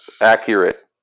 accurate